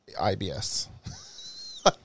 IBS